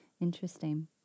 Interesting